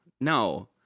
no